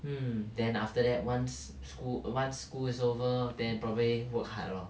mm then after that once school once school is over then probably work hard lor